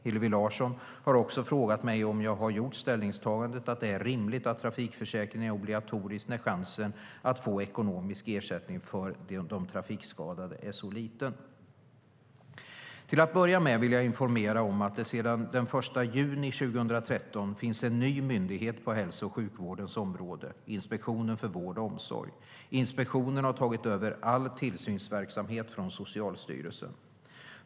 Hillevi Larsson har också frågat mig om jag har gjort ställningstagandet att det är rimligt att trafikförsäkringen är obligatorisk när chansen för de trafikskadade att få ekonomisk ersättning är så liten. Till att börja med vill jag informera om att det sedan den 1 juni 2013 finns en ny myndighet på hälso och sjukvårdens område, Inspektionen för vård och omsorg. Inspektionen har tagit över all tillsynsverksamhet från Socialstyrelsen.